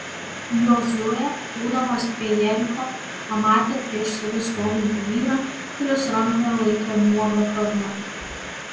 jozuė būdamas prie jericho pamatė prieš save stovintį vyrą kuris rankoje laikė nuogą kardą